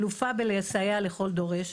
אלופה בלסייע לכל דורש,